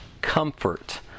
comfort